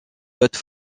hautes